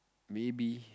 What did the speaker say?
maybe